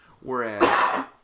Whereas